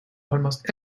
almost